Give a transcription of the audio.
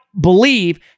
believe